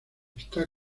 está